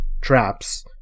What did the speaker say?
traps